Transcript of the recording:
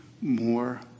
more